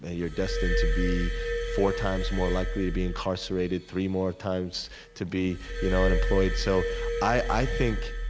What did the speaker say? ah you're destined to be four times more likely to be incarcerated, three more times to be you know unemployed. so i think,